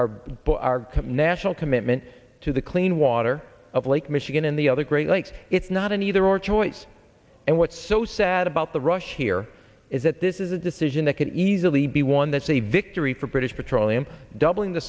preserve our national commitment to the clean water of lake michigan and the other great lakes it's not an either or choice and what's so sad about the rush here is that this is a decision that can easily be won that's a victory for british petroleum doubling the